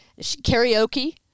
Karaoke